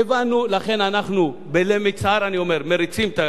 מריצים את הצעת החוק הזו של עתני שנלר,